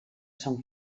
sant